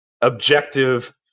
objective